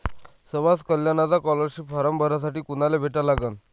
समाज कल्याणचा scholarship form भरासाठी कुनाले भेटा लागन?